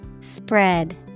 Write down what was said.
spread